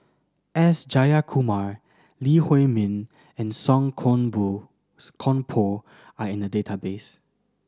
S Jayakumar Lee Huei Min and Song Koon Poh Koon Poh are in the database